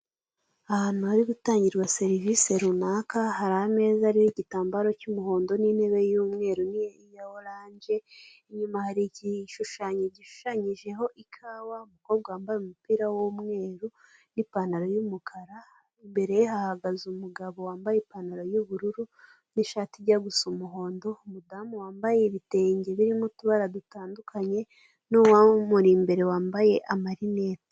Ahantu hari gutangirwa serivisi runaka hari ameza y'igitambaro cy'umuhondo n'intebe y'umweru ya oranje ,inyuma hari igishushanyo gishushanyijeho ikawa .Umukobwa wambaye umupira w'umweru n'ipantaro y'umukara, imbere hahagaze umugabo wambaye ipantaro y'ubururu n'ishati ijya gusa umuhondo ,umudamu wambaye ibitenge birimo utubara dutandukanye n'uwundi amuri imbere wambaye amarinete.